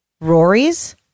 Rory's